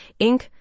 Inc